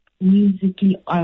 musically